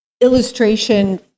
illustration